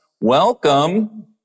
welcome